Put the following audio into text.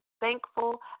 thankful